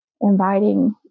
inviting